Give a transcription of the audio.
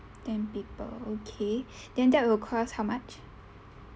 ten people okay then that will cost how much